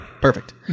Perfect